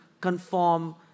conform